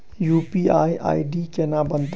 UPI ID केना बनतै?